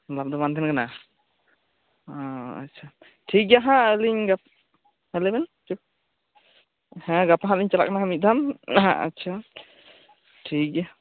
ᱞᱟᱵᱷ ᱫᱚ ᱵᱟᱝ ᱛᱟᱦᱮᱸᱱ ᱠᱟᱱᱟ ᱚᱻ ᱟᱪᱪᱷᱟ ᱟᱪᱪᱷᱟ ᱴᱷᱤᱠ ᱜᱮᱭᱟ ᱦᱟᱸᱜ ᱟᱞᱤᱝ ᱜᱟᱯᱟ ᱦᱮᱸ ᱞᱟᱹᱭ ᱵᱮᱱ ᱦᱮᱸ ᱜᱟᱯᱟ ᱦᱟᱸᱜ ᱞᱤᱝ ᱪᱟᱞᱟᱜ ᱠᱟᱱᱟ ᱢᱤᱫ ᱫᱷᱟᱣ ᱦᱟᱸᱜ ᱟᱪᱪᱷᱟ ᱴᱷᱤᱠ ᱜᱮᱭᱟ